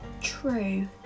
true